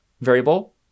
variable